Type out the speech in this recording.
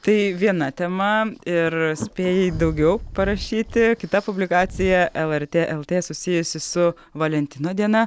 tai viena tema ir spėjai daugiau parašyti kita publikacija lrt lt susijusi su valentino diena